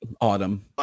Autumn